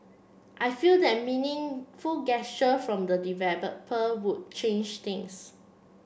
I feel that meaningful gesture from the developer would change things